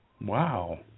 Wow